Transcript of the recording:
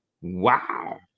wow